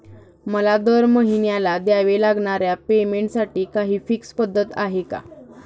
मला दरमहिन्याला द्यावे लागणाऱ्या पेमेंटसाठी काही फिक्स पद्धत आहे का?